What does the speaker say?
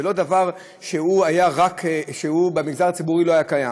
זה לא דבר שבמגזר הציבורי לא היה קיים.